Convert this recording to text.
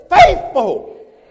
faithful